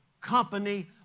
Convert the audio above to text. company